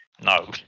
No